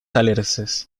alerces